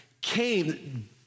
came